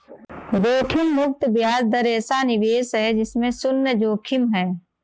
जोखिम मुक्त ब्याज दर ऐसा निवेश है जिसमें शुन्य जोखिम है